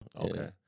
Okay